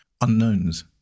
unknowns